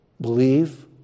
Believe